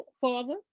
Father